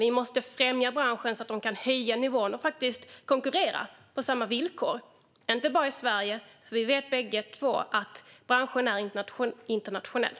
Vi måste främja branschen så att den kan höja nivån och faktiskt konkurrera på samma villkor. Detta gäller inte bara i Sverige, för både jag och Lawen Redar vet att branschen är internationell.